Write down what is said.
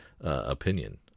opinion